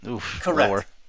Correct